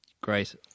Great